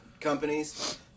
companies